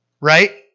right